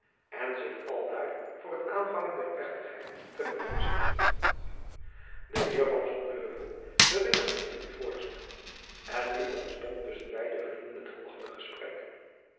en zich aldaar voor het aanvangen der plechtigheid te verfrisschen de heer van sonheuvel bewilligde in dit voorstel en nu ontstond tusschen beide vrienden het volgende gesprek